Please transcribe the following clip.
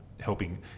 Helping